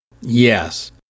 Yes